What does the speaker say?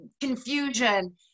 confusion